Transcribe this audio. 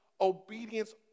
obedience